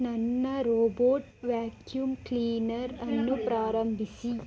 ನನ್ನ robot vacuum cleaner ಅನ್ನು ಪ್ರಾರಂಭಿಸಿ